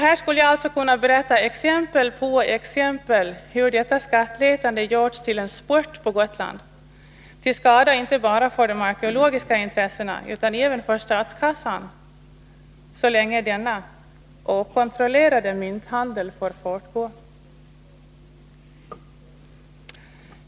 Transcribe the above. Här skulle jag kunna anföra exempel på exempel på hur detta skattletande gjorts till en sport på Gotland. Det är till skada inte bara för arkeologiska intressen utan även för statskassan, så länge denna okontrollerade mynthandel får fortgå.